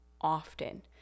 often